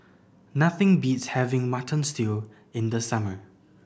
nothing beats having Mutton Stew in the summer